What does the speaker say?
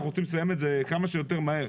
אנחנו רוצים לסיים את זה כמה שיותר מהר.